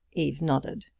eve nodded.